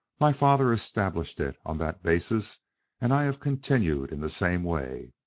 my father established it on that basis and i have continued in the same way.